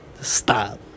stop